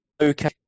okay